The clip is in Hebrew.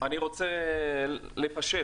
אני רוצה לפשט,